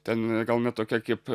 ten gal ne tokia kaip